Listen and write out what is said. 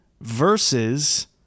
versus